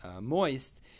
moist